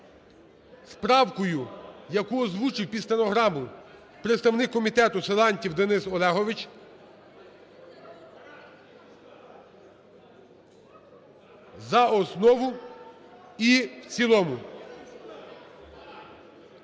правкою, яку озвучив під стенограму представник комітету Силантьєв Денис Олегович, за основу і в цілому.